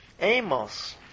Amos